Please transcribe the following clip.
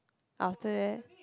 after that